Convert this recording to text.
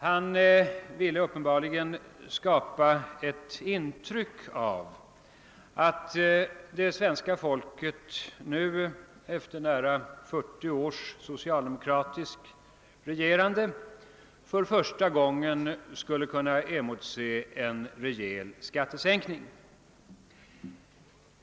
Han ville uppenbarligen skapa ett intryck av att det svenska folket nu för första gången efter nära 40 års socialdemokratiskt regerande skulle kunna emotse en rejäl skattesänkning.